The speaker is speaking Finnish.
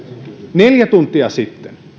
neljä tuntia sitten